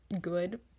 good